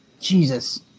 jesus